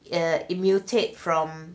mutate from